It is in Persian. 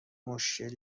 مشکل